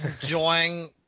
enjoying